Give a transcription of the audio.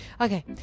Okay